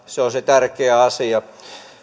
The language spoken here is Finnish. se on se tärkeä asia